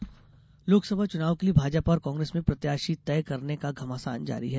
प्रदेश प्रत्याशी लोकसभा चुनाव के लिए भाजपा और कांग्रेस में प्रत्याशी तय करने का घमासान जारी है